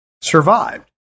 survived